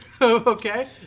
Okay